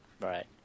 Right